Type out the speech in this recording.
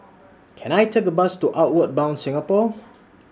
Can I Take A Bus to Outward Bound Singapore